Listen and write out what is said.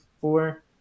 four